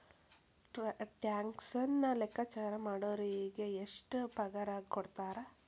ಟ್ಯಾಕ್ಸನ್ನ ಲೆಕ್ಕಾಚಾರಾ ಮಾಡೊರಿಗೆ ಎಷ್ಟ್ ಪಗಾರಕೊಡ್ತಾರ??